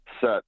set